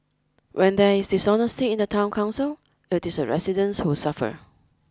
when there is dishonesty in the town council it is the residents who suffer